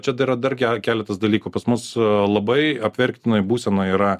čia dar yra dar keletas dalykų pas mus labai apverktinoj būsenoje yra